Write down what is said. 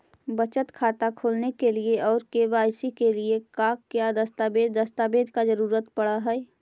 बचत खाता खोलने के लिए और के.वाई.सी के लिए का क्या दस्तावेज़ दस्तावेज़ का जरूरत पड़ हैं?